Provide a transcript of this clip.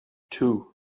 two